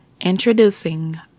introducing